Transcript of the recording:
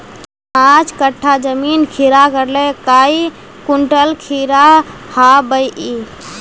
पाँच कट्ठा जमीन खीरा करले काई कुंटल खीरा हाँ बई?